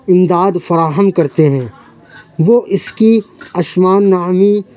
امداد فراہم کرتے ہیں وہ اِس کی اشوا نامی